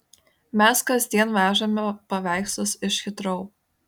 mes kasdien vežame paveikslus iš hitrou